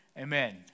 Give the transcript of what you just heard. Amen